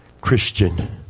Christian